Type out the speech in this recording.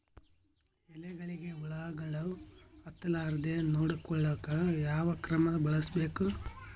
ಎಲೆಗಳಿಗ ಹುಳಾಗಳು ಹತಲಾರದೆ ನೊಡಕೊಳುಕ ಯಾವದ ಕ್ರಮ ಬಳಸಬೇಕು?